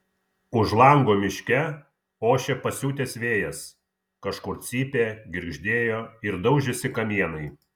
už lango miške ošė pasiutęs vėjas kažkur cypė girgždėjo ir daužėsi kamienai